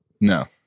No